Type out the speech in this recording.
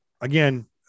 again